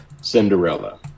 Cinderella